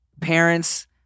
Parents